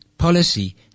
Policy